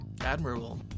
admirable